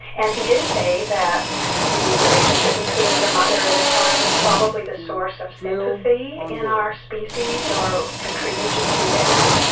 and he did say that the relationship between the mother and the child is probably the source of sympathy in our species or contributed to that.